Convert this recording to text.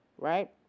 right